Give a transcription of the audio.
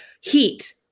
heat